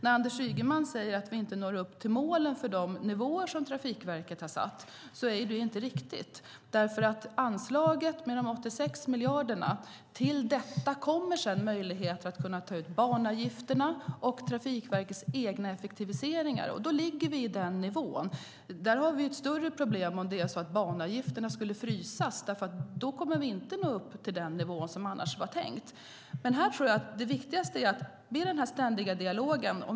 När Anders Ygeman säger att vi inte når upp till de nivåer som Trafikverket angett är det inte korrekt. Anslaget är på 86 miljarder. Till detta kommer sedan möjligheter att ta ut banavgifter samt Trafikverkets egna effektiviseringar. Då ligger vi på de nivåerna. Vi skulle få ett större problem om banavgifterna skulle frysas. Då skulle vi inte nå upp till de nivåerna. Det viktigaste tror jag är den ständiga dialogen.